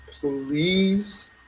Please